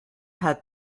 had